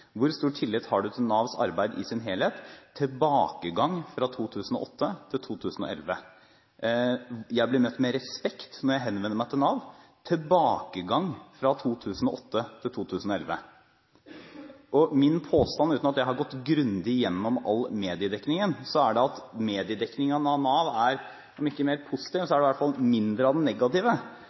Hvor stor tillit har du til Navs arbeid i sin helhet? Det er en tilbakegang fra 2008 til 2011. Jeg blir møtt med respekt når jeg henvender meg til Nav – tilbakegang fra 2008 til 2011. Min påstand – uten at jeg har gått grundig gjennom all mediedekningen – er at selv om mediedekningen av Nav ikke er mer positiv, er det i hvert fall mindre av den negative.